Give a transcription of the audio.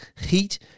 heat